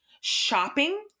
shopping